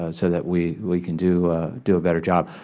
so so that we we can do do a better job.